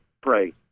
Pray